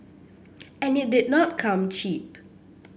and it did not come cheap